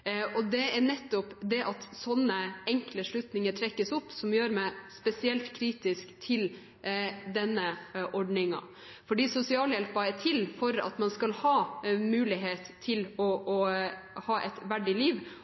liv. Det er nettopp det at slike enkle slutninger trekkes, som gjør meg spesielt kritisk til denne ordningen. Sosialhjelpen er til for at man skal ha mulighet til å ha et verdig liv